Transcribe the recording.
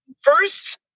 First